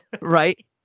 Right